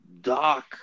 dark